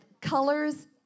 colors